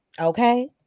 Okay